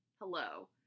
Hello